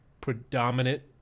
predominant